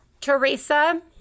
Teresa